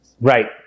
Right